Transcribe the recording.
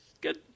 good